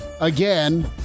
again